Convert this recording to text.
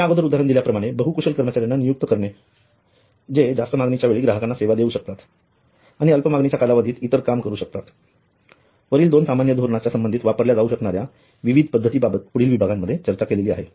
या अगोदर उदाहरण दिल्याप्रमाणे बहु कुशल कर्मचाऱ्यांना नियुक्त करणे जे जास्त मागणीच्या वेळी ग्राहकांना सेवा देऊ शकतात आणि अल्प मागणीच्या कालावधीत इतर काम करू शकतात वरील दोन सामान्य धोरणांच्या संबंधित वापरल्या जाऊ शकणाऱ्या विविध पद्धतीबाबत पुढील विभागांमध्ये चर्चा केली आहे